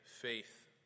faith